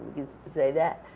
say that.